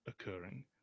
occurring